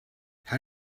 how